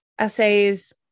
essays